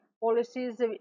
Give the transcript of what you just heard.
policies